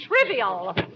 trivial